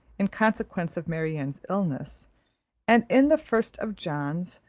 in consequence of marianne's illness and in the first of john's,